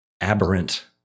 aberrant